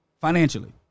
financially